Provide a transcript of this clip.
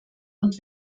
und